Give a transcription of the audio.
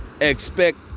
expect